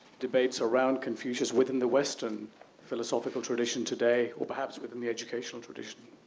debates around confucius within the western philosophical tradition today or perhaps within the educational tradition.